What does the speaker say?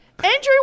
Andrew